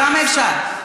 למה את אומרת סתם?